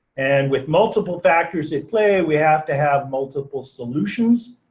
and with multiple factors at play we have to have multiple solutions,